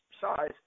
size